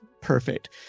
Perfect